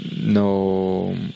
no